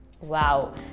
Wow